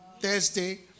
Thursday